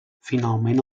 finalment